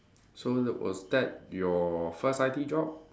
so was that your first I_T job